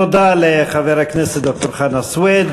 תודה לחבר הכנסת ד"ר חנא סוייד.